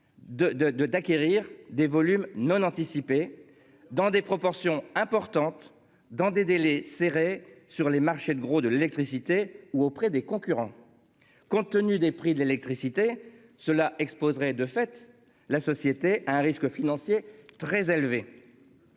d'acquérir des volumes non anticipés dans des proportions importantes dans des délais serrés sur les marchés de gros de l'électricité ou auprès des concurrents. Compte tenu des prix de l'électricité cela exposerait de fait la société un risque financier très élevé.